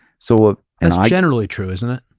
so ah and generally true, isn't it?